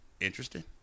Interesting